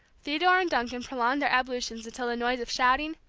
theodore and duncan prolonged their ablutions until the noise of shouting,